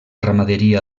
ramaderia